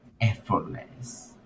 effortless